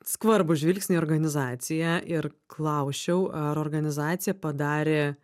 skvarbų žvilgsnį į organizaciją ir klausčiau ar organizacija padarė